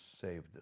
saved